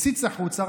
הציץ החוצה,